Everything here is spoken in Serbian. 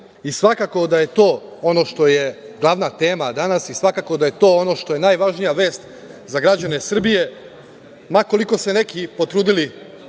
i svakako da je to ono što je glavna tema danas i svakako da je to ono što je najvažnija vest za građane Srbije, ma koliko se neki potrudili